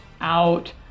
out